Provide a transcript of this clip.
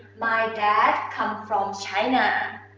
my dad comes from china.